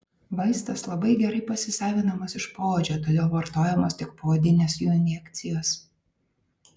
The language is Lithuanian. vaistas labai gerai pasisavinamas iš poodžio todėl vartojamos tik poodinės jų injekcijos